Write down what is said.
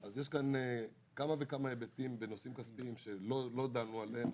יש כאן כמה וכמה היבטים בנושאים כספיים שלא דנו עליהם,